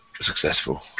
successful